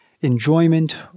enjoyment